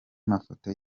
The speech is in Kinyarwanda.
mafoto